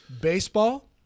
Baseball